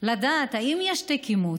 לדעת אם יש תיק אימוץ,